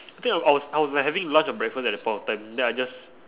I think I was I was like having lunch or breakfast at that point of time then I just